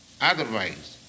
Otherwise